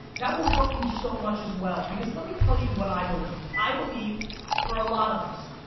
that will help you so much as well. because let me tell you what i believe. i believe for a lot of us.